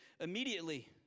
Immediately